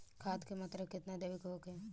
खाध के मात्रा केतना देवे के होखे?